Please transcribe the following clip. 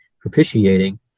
propitiating